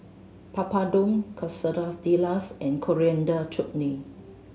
Papadum Quesadillas and Coriander Chutney